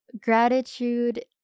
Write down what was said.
gratitude